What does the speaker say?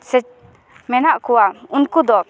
ᱥᱮ ᱢᱮᱱᱟᱜ ᱠᱚᱣᱟ ᱩᱱᱠᱩ ᱫᱚ